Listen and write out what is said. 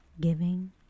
giving